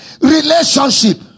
relationship